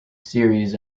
series